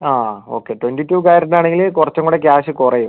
അ okay twenty two carat ആണെങ്കിൽ കുറച്ച് കൂടെ ക്യാഷ് കുറയും